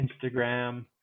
Instagram